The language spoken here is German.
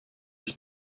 ich